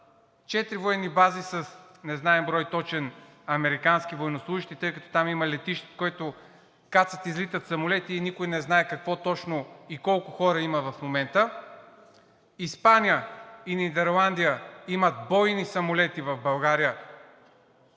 4 военни бази с незнаен точен брой американски военнослужещи, тъй като там има летище, на което кацат и излитат самолети, и никой не знае какво точно и колко хора има в момента. Испания и Нидерландия имат бойни самолети в България,